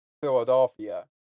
Philadelphia